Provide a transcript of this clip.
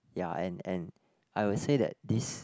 ya and and I would say that this